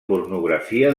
pornografia